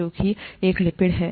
जो कि एक लिपिड है